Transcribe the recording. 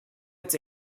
its